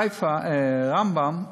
בחיפה, ברמב"ם,